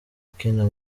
ukina